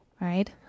right